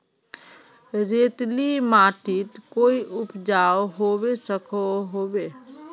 रेतीला माटित कोई उपजाऊ होबे सकोहो होबे?